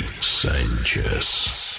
Sanchez